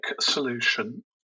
solution